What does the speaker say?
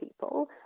people